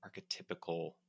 archetypical